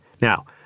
Now